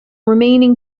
remaining